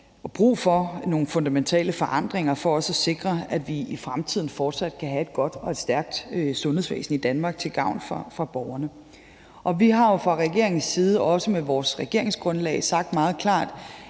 får brug for nogle fundamentale forandringer for at sikre, at vi i fremtiden fortsat kan have et godt og stærkt sundhedsvæsen i Danmark til gavn for borgerne. Vi har jo fra regeringens side med vores regeringsgrundlag sagt meget klart,